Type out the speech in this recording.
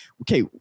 okay